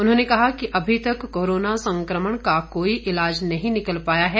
उन्होंने कहा कि अभी तक कोरोना संकमण का कोई इलाज नहीं निकल पाया है